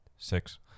Six